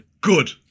good